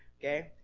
Okay